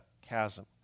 chasm